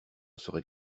serait